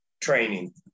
training